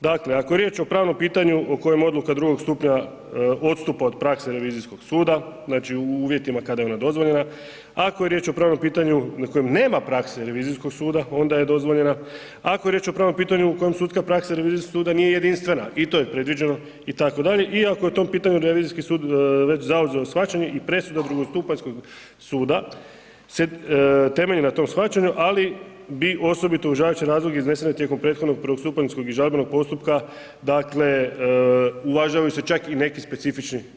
Dakle, ako je riječ o pravnom pitanju o kojem odluka drugog stupnja odstupa od prakse revizijskog suda, znači u uvjetima kada je ona dozvoljena, ako je riječ o pravnom pitanju na kojem nema prakse revizijskog suda onda je dozvoljena, ako je riječ o pravnom pitanju u sudska praksa revizijskog suda nije jedinstvena i to je predviđeno itd., iako je o tom pitanju revizijski sud već zauzeo shvaćanje i presuda drugostupanjskog suda se temelji na tom shvaćanju ali bi osobito uvažavajući razloge iznesene tijekom prethodnog prvostupanjskog i žalbenog postupka, dakle uvažavaju se čak i neki specifični